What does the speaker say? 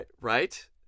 Right